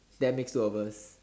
that makes two of us